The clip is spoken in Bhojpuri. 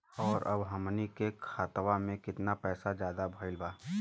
और अब हमनी के खतावा में कितना पैसा ज्यादा भईल बा?